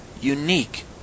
unique